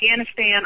Afghanistan